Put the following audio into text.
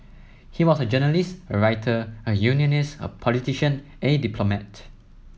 he was a journalist a writer a unionist a politician a diplomat